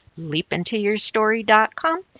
leapintoyourstory.com